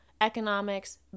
economics